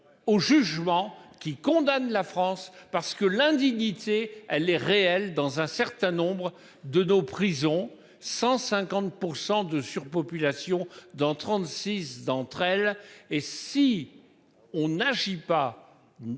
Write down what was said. au jugement qui condamne la France parce que l'indignité, elle est réelle dans un certain nombre de nos prisons 150% de surpopulation dans 36 d'entre elles, et si on n'agit pas.